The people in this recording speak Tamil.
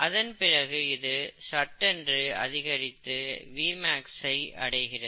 அதன்பிறகு இது சட்டென்று அதிகரித்து Vmax அடைகிறது